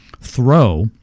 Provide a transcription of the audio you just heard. throw